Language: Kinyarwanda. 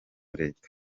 leta